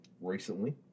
recently